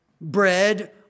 bread